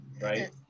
right